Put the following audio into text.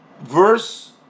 verse